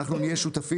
אנחנו נהיה שותפים,